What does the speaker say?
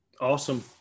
Awesome